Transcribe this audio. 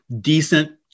decent